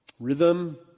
rhythm